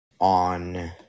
on